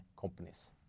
companies